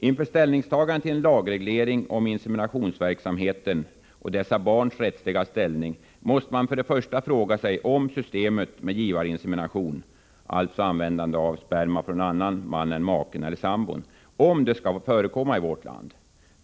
Inför ställningstagande till en lagreglering av inseminationsverksamheten och inseminationsbarnens rättsliga status måste man allra först fråga sig om systemet med givarinsemination — alltså användande av sperma från annan man än maken eller sambon — skall få förekomma i vårt land.